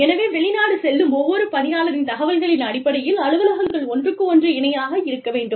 எனவே வெளிநாடு செல்லும் ஒவ்வொரு பணியாளரின் தகவல்களின் அடிப்படையில் அலுவலகங்கள் ஒன்றுக்கு ஒன்று இணையாக இருக்க வேண்டும்